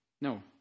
No